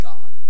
God